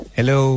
Hello